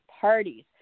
parties